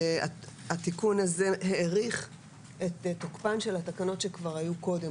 התיקון הזה האריך את תוקפן של התקנות שכבר היו קודם,